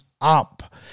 up